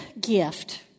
gift